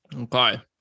Okay